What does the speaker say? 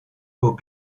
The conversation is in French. aux